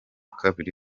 kabiri